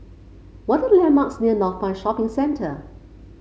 what are the landmarks near Northpoint Shopping Centre